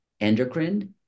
endocrine